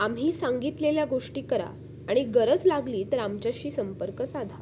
आम्ही सांगितलेल्या गोष्टी करा आणि गरज लागली तर आमच्याशी संपर्क साधा